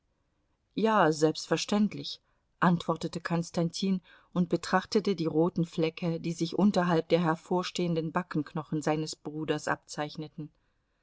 ja selbstverständlich antwortete konstantin und betrachtete die roten flecke die sich unterhalb der hervorstehenden backenknochen seines bruders abzeichneten